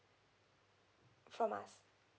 from us